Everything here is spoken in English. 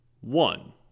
one